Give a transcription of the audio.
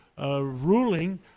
ruling